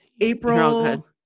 April